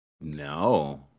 No